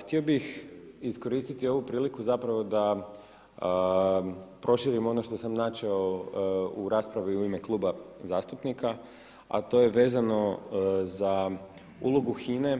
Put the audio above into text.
Htio bih iskoristiti ovu priliku da proširim ono što sam načeo u raspravi u ime kluba zastupnika, a to je vezano za ulogu HINA-e